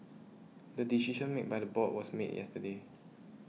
the decision made by the board was made yesterday